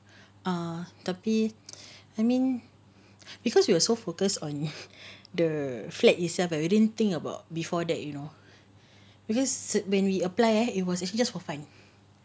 err tapi I mean because we were so focused on the flat itself we didn't think about before that you know because when we apply ah it was actually just for fun